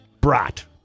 Brat